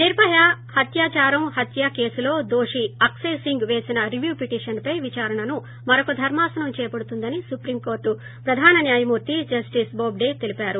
నిర్బయ అత్యాదారం హత్య కేసులో దోషి అక్షయ్ సింగ్ పేసిన రివ్యూపిటీషన్ పై విదారణను మరొక ధర్మాసనం చేపడుతుందని సుప్రీం కోర్టు ప్రధాన న్యాయమూర్తి జస్టిస్ బోల్లే తెలిపారు